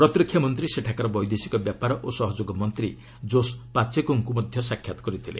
ପ୍ରତିରକ୍ଷା ମନ୍ତ୍ରୀ ସେଠାକାର ବୈଦେଶିକ ବ୍ୟାପାର ଓ ସହଯୋଗ ମନ୍ତ୍ରୀ ଜୋସ୍ ପାଚେକୋଙ୍କୁ ମଧ୍ୟ ସାକ୍ଷାତ କରିଥିଲେ